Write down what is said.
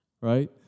right